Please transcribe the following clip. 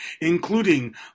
including